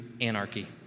anarchy